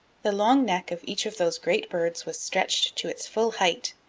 the long neck of each of those great birds was stretched to its full height,